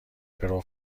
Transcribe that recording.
پرو